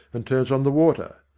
and turns on the water.